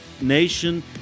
nation